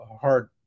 hard